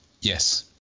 Yes